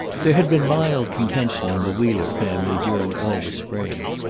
there had been mild contention in the wheeler family during all the spring.